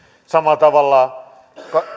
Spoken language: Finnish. samalla tavalla